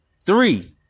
Three